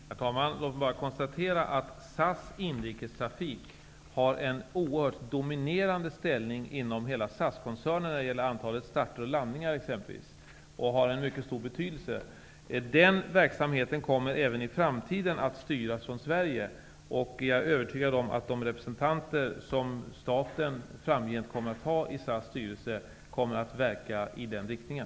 Herr talman! Låt mig bara konstatera att inrikestrafiken har en oerhört dominerande ställning inom hela SAS-koncernen, exempelvis när det gäller antalet starter och landningar, och har en mycket stor betydelse. Den verksamheten kommer även i framtiden att styras från Sverige, och jag är övertygad om att de representanter som staten framgent kommer att ha i SAS styrelse kommer att verka i den riktningen.